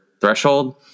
threshold